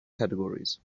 categories